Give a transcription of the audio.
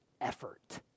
effort